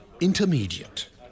intermediate